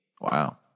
Wow